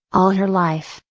all her life,